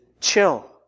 chill